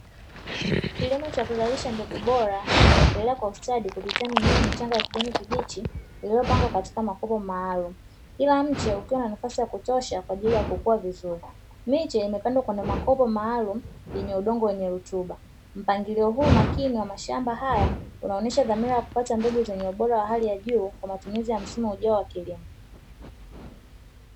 Kilimo Cha kuzalisha mbegu bora kinaendelea kwa ustadi kupitia mimea michanga ya kijani kibichi lililopangwa katika makopo maalumu kila mche ukiwa na nafasi ya kutosha kwa ajili ya kukua vizuri miche imepandwa kwenye makopo maalum yenye udongo wenye rutuba mpangilio huu makini wa mashamba haya unaonyesha dhamira ya kupata mbegu zenye ubora wa hali ya juu kwa matumizi ya msimu ujao wa kilimo.